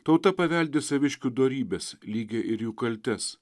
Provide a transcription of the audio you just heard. tauta paveldi saviškių dorybes lygiai ir jų kaltes